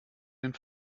den